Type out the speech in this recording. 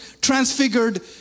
transfigured